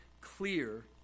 clear